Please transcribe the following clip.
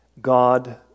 God